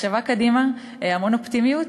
מחשבה קדימה, המון אופטימיות.